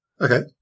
Okay